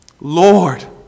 Lord